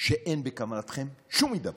שאין כוונתכם לשום הידברות.